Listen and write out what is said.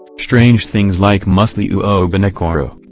strange things like musliu obanikoro,